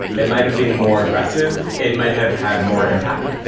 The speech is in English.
it might have been more aggressive, it might have had more impact.